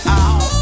out